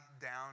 down